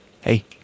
Hey